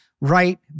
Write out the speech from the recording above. right